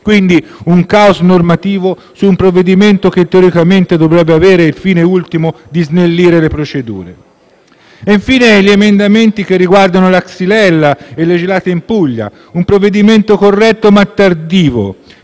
Un caos normativo, quindi, su un provvedimento che teoricamente dovrebbe avere il fine ultimo di snellire le procedure. Infine, vi sono gli emendamenti che riguardano la Xylella e le gelate in Puglia un intervento corretto ma tardivo